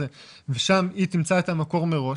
ושם היא תמצא את המקור מראש,